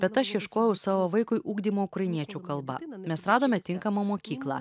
bet aš ieškojau savo vaikui ugdymo ukrainiečių kalba mes radome tinkamą mokyklą